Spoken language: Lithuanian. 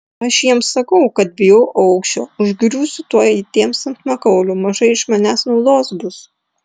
aš jiems sakau kad bijau aukščio užgriūsiu tuoj tiems ant makaulių mažai iš manęs naudos bus